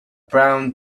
brown